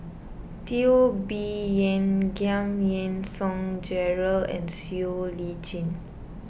Teo Bee Yen Giam Yean Song Gerald and Siow Lee Chin